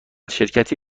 شرکتی